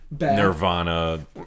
Nirvana